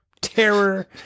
terror